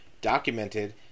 documented